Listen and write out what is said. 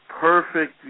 perfect